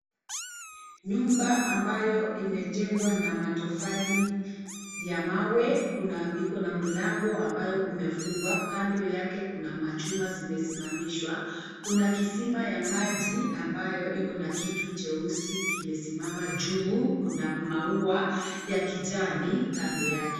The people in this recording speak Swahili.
Nyumba ambayo imejengwa na matofali ya mawe. Iko na mlango ambayo imefungwa. Kando yake, kuna machuma zimesimamishwa. Kuna kisima ya maji ambayo iko na kitu cheusi kimesimama juu, kuna maua ya kijani kando yake.